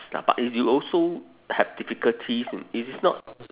~s lah but you also have difficulties it is not